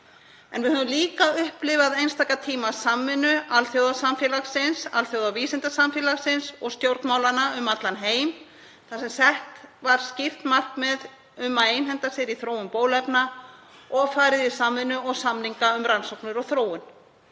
En við höfum líka upplifað einstaka tíma og samvinnu alþjóðasamfélagsins, alþjóðavísindasamfélagsins og stjórnmálanna um allan heim þar sem sett var skýrt markmið um að einhenda sér í þróun bóluefna og farið í samvinnu og samninga um rannsóknir og þróun